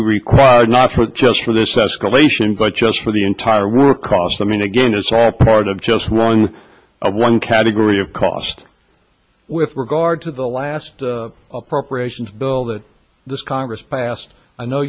required not just for this escalation but just for the entire war cost i mean again it's all part of just wrong one category of cost with regard to the last appropriations bill that this congress passed i know